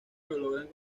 logran